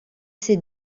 ces